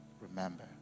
Remember